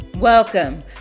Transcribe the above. Welcome